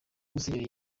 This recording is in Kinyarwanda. museveni